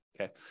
Okay